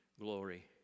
glory